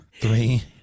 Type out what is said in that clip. three